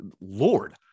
Lord